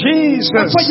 Jesus